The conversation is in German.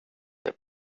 der